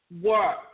work